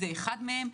זה אחד מהם,